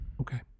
Okay